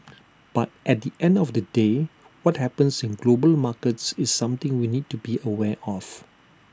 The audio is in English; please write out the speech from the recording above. but at the end of the day what happens in global markets is something we need to be aware of